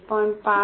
5 1